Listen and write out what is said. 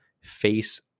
face